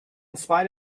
spite